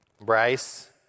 Bryce